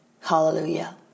Hallelujah